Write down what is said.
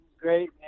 great